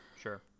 Sure